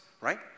right